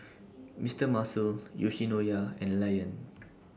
Mister Muscle Yoshinoya and Lion